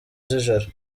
zijoro